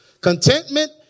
contentment